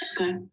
Okay